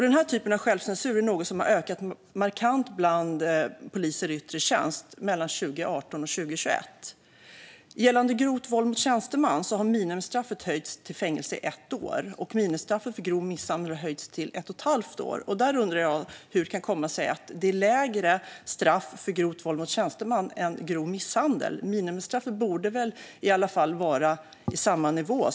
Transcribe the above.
Den här typen av självcensur är något som har ökat markant hos poliser i yttre tjänst mellan 2018 och 2021. När det gäller grovt våld mot tjänsteman har minimistraffet höjts till fängelse i ett år, och minimistraffet för grov misshandel har höjts till ett och ett halvt år. Där undrar jag hur det kan komma sig att straffet för grovt våld mot tjänsteman är lägre än för grov misshandel. Minimistraffet borde väl i alla fall vara på samma nivå?